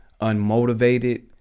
unmotivated